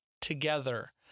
together